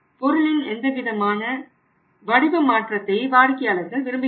பொருளின் எந்த விதமான வடிவ மாற்றத்தை வாடிக்கையாளர்கள் விரும்புகிறார்கள்